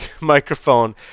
microphone